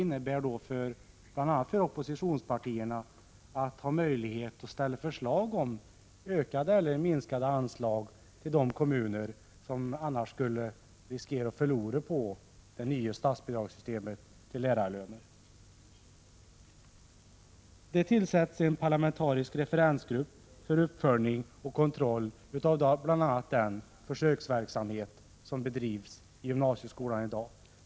1985/86:162 oppositionspartierna har möjlighet att väcka förslag om ökade eller minska 4 juni 1986 de anslag till de kommuner som annars skulle riskera att förlora på det nya statsbidragssystemet när det gäller lärarlöner. Det tillsätts en parlamentarisk referensgrupp för uppföljning och kontroll av bl.a. den försöksverksamhet som bedrivs i gymnasieskolan i dag.